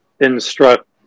instruct